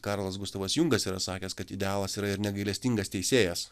karlas gustavas jungas yra sakęs kad idealas yra ir negailestingas teisėjas